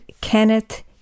Kenneth